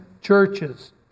churches